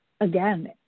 Again